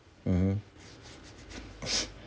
mmhmm